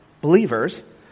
Believers